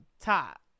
top